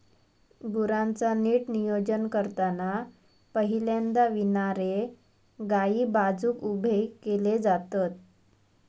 गुरांचा नीट नियोजन करताना पहिल्यांदा विणारे गायी बाजुक उभे केले जातत